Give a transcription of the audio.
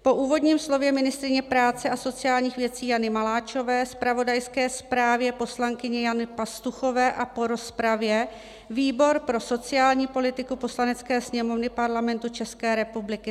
Po úvodním slově ministryně práce a sociálních věcí Jany Maláčové, zpravodajské zprávě poslankyně Jany Pastuchové a po rozpravě výbor pro sociální politiku Poslanecké sněmovny Parlamentu České republiky